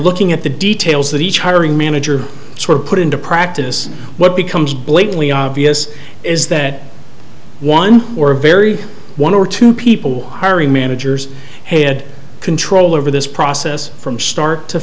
looking at the details that each hiring manager sort of put into practice what becomes blatantly obvious is that one or very one or two people hiring managers had control over this process from start to